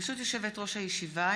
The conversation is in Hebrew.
ברשות יושבת-ראש הישיבה,